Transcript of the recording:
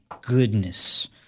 goodness